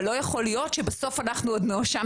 אבל לא יכול להיות שבסוף אנחנו עוד נואשם